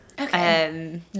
Okay